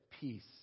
peace